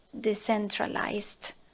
decentralized